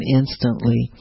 instantly